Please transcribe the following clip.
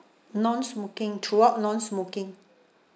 non smoking throughout non smoking